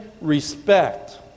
respect